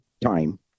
Time